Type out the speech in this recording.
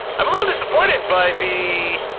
i'm a little disappointed by the.